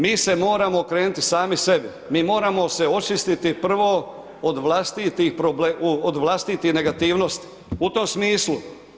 Mi se moramo okrenuti sami sebi, mi moramo se očistiti prvo od vlastitih negativnosti, u tom smislu.